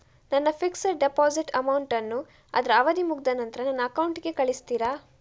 ನನ್ನ fixed deposit amount ಅನ್ನು ಅದ್ರ ಅವಧಿ ಮುಗ್ದ ನಂತ್ರ ನನ್ನ ಅಕೌಂಟ್ ಗೆ ಕಳಿಸ್ತೀರಾ?